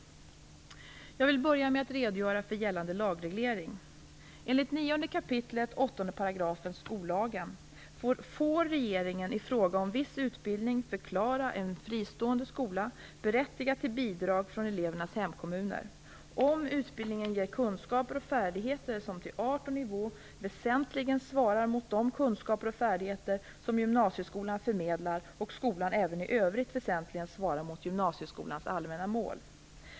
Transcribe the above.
Jag vill börja med att redogöra för gällande lagreglering. Enligt 9 kap. 8 § skollagen får regeringen i fråga om viss utbildning förklara en fristående skola berättigad till bidrag från elevernas hemkommuner, om utbildningen ger kunskaper och färdigheter som till art och nivå väsentligen svarar mot de kunskaper och färdigheter som gymnasieskolan förmedlar och skolan även i övrigt svarar mot gymnasieskolans allmänna mål.